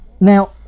Now